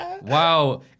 Wow